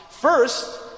First